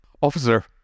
Officer